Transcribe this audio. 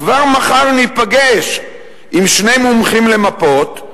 "ניפגש עם שני מומחים למפות,